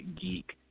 geek